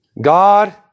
God